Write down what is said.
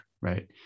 right